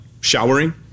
showering